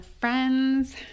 friends